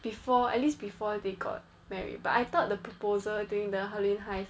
before at least before they got married but I thought the proposal during the halloween heist